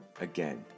again